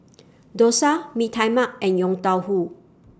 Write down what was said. Dosa Mee Tai Mak and Yong Tau Foo